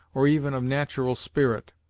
or even of natural spirit.